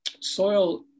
soil